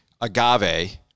agave